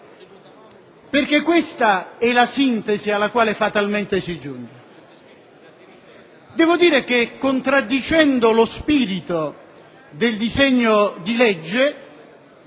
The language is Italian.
Questa è la sintesi alla quale fatalmente si è giunti. Devo dire che, contraddicendo lo spirito del disegno di legge,